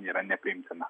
yra nepriimtina